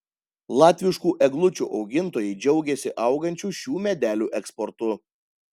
latviškų eglučių augintojai džiaugiasi augančiu šių medelių eksportu